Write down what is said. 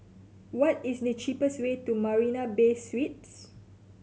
what is the cheapest way to Marina Bay Suites